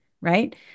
right